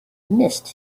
missed